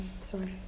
sorry